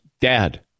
dad